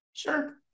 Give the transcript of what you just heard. sure